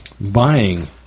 Buying